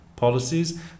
Policies